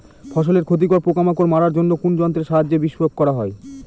ফসলের ক্ষতিকর পোকামাকড় মারার জন্য কোন যন্ত্রের সাহায্যে বিষ প্রয়োগ করা হয়?